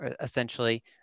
Essentially